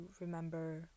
remember